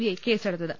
I കേസെടുത്തത്